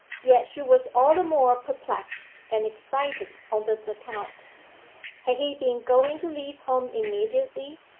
yet she was all the more perplexed and excited on this account. had he been going to leave home immediately,